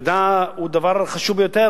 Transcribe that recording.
מדע הוא דבר חשוב ביותר.